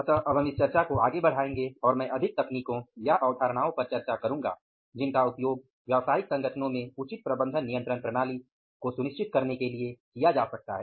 अतः अब हम इस चर्चा को आगे बढ़ाएंगे और मैं अधिक तकनीकों या अवधारणाओं पर चर्चा करूंगा जिनका उपयोग व्यावसायिक संगठनों में उचित प्रबंधन नियंत्रण प्रणाली को सुनिश्चित करने के लिए किया जा सकता है